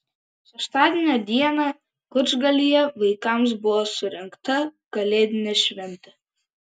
šeštadienio dieną kučgalyje vaikams buvo surengta kalėdinė šventė